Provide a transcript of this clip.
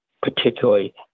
particularly